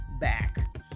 back